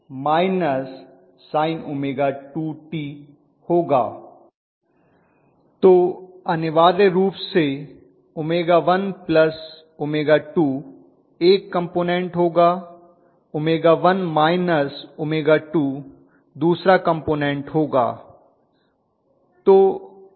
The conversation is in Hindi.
तो अनिवार्य रूप से 𝜔1 𝜔2 एक कम्पोनन्ट होगा 𝜔1 −𝜔2 दूसरा कम्पोनन्ट होगा